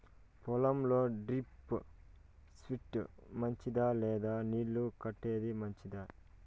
పొలం లో drip system మంచిదా లేదా నీళ్లు కట్టేది మంచిదా?